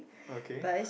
okay